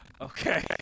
Okay